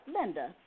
Linda